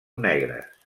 negres